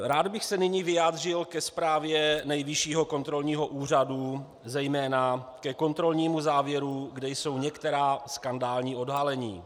Rád bych nyní vyjádřil ke zprávě Nejvyššího kontrolního úřadu, zejména ke kontrolnímu závěru, kde jsou některá skandální odhalení.